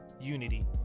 Unity